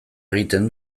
egiten